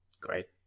Great